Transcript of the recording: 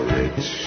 rich